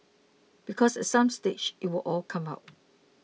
because at some stage it will all come out